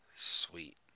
Sweet